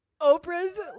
Oprah's